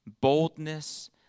boldness